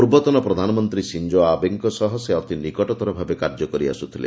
ପୂର୍ବତନ ପ୍ରଧାନମନ୍ତ୍ରୀ ସିଞ୍ଜୋ ଆବେଙ୍କ ସହ ସେ ଅତି ନିକଟତର ଭାବେ କାର୍ଯ୍ୟ କରିଆସୁଥିଲେ